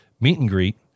meet-and-greet